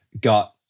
got